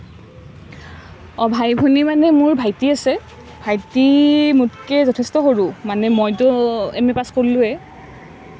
অঁ ভাই ভনী মানে মোৰ ভাইটি আছে ভাইটি মোতকৈ যথেষ্ট সৰু মানে মইতো এমএ পাছ কৰিলোঁৱেই